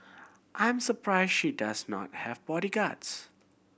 I'm surprised she does not have bodyguards